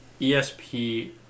ESP